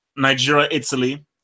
Nigeria-Italy